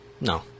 No